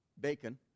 bacon